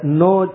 no